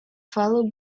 fellow